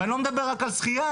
ואני לא מדבר רק על שחיה,